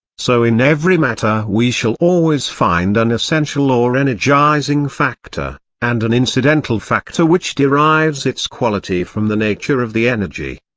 so in every matter we shall always find an essential or energising factor, and an incidental factor which derives its quality from the nature of the energy.